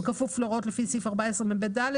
הוראות סעף 14מב(ד),